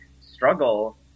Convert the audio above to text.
struggle